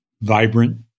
vibrant